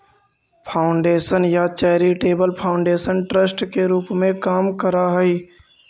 foundation या charitable foundation trust के रूप में काम करऽ हई